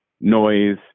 noise